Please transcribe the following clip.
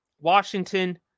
Washington